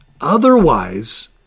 Otherwise